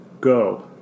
Go